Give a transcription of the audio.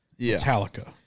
Metallica